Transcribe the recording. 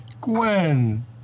Gwen